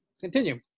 Continue